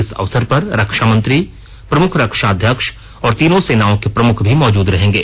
इस अवसर पर रक्षा मंत्री प्रमुख रक्षा अध्यक्ष और तीनों सेनाओं के प्रमुख भी मौजूद रहेंगे